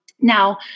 Now